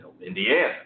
Indiana